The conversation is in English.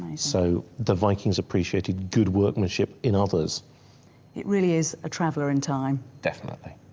so the vikings appreciated good workmanship in others it really is a traveler in time. definitely